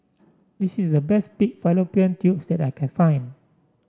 this is the best Pig Fallopian Tubes that I can find